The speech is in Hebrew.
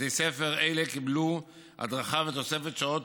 בתי ספר אלה קיבלו הדרכה ותוספת שעות,